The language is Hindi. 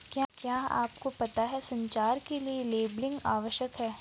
क्या आपको पता है संचार के लिए लेबलिंग आवश्यक है?